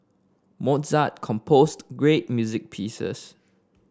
Mozart composed great music pieces